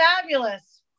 fabulous